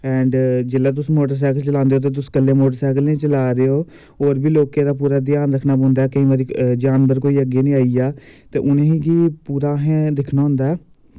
and जेल्लै तुस motorcycle चलांदे ते तुस कन्नै मोटरसैकल निं चला दे ओ होर बी लोकें दा ध्यान रक्खना पौंदा केईं बारी जानवर कोई अग्गें निं आई जा ता के उनेंगी पूरा असें दिक्खना होंदा